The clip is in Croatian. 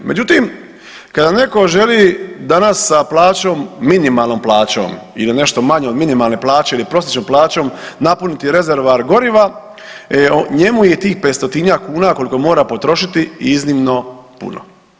Međutim, kada netko želi danas sa plaćom, minimalnom plaćom ili nešto manje od minimalne plaće ili prosječnom plaćom napuniti rezervoar goriva, e njemu je tih 500-tinjak kuna koliko mora potrošiti iznimno puno.